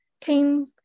came